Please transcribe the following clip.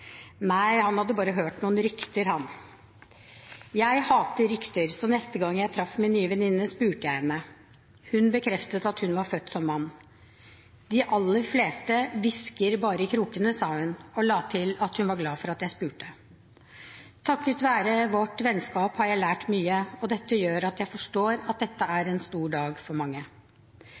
Nei, han hadde bare hørt noen rykter. Jeg hater rykter, så neste gang jeg traff min nye venninne, spurte jeg henne. Hun bekreftet at hun var født som mann. De aller fleste hvisker bare i krokene, sa hun og la til at hun var glad for at jeg spurte. Takket være vårt vennskap har jeg lært mye, og dette gjør at jeg forstår at dette er en stor dag for mange.